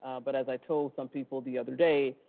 um but as i told some people the other day,